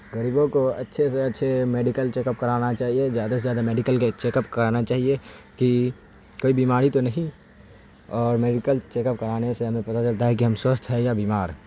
غریبوں کو اچھے سے اچھے میڈیکل چیک اپ کرانا چاہیے زیادہ سے زیادہ میڈیکل کے چیک اپ کرانا چاہیے کہ کوئی بیماری تو نہیں اور میڈیکل چیک اپ کرانے سے ہمیں پتا چلتا ہے کہ ہم سوستھ ہیں یا بیمار